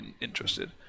interested